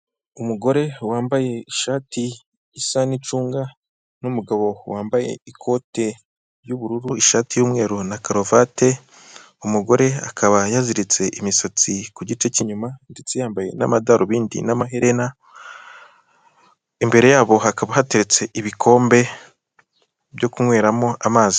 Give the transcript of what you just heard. Umugore wambaye ishati isa n'icunga n'umugabo wambaye ikote ry'bururu, ishati y'umweru na karuvati, umugore akaba yaziritse imisatsi ku gice cyuma, ndetse yambaye n'amadarubindi n'amaherena, imbere yabo hakaba hatetse ibikombe byo kunyweramo amazi.